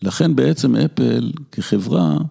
לכן בעצם אפל כחברה...